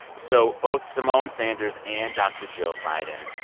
so both symone sanders and dr. jill biden